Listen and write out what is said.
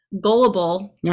gullible